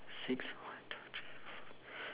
six one two three four